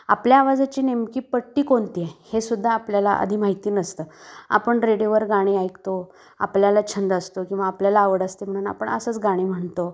आपल्या आवाजाची नेमकी पट्टी कोणती आहे हे सुुद्धा आपल्याला आधी माहिती नसतं आपण रेडिओवर गाणी ऐकतो आपल्याला छंद असतो किंवा आपल्याला आवड असते म्हणून आपण असंच गाणी म्हणतो